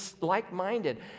like-minded